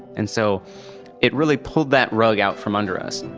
and so it really pulled that rug out from under us